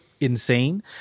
insane